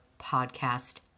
podcast